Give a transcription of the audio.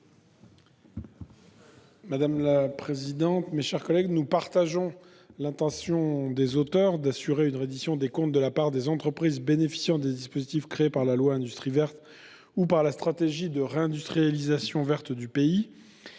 de l'aménagement du territoire ? Nous partageons l'intention des auteurs d'assurer une reddition des comptes de la part des entreprises bénéficiant des dispositifs créés par le projet de loi Industrie verte ou par la stratégie de réindustrialisation verte du pays.